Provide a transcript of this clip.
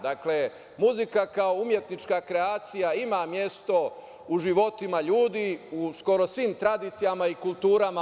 Dakle, muzika kao umetnička kreacija ima mesto u životima ljudi u skoro svim tradicijama i kulturama.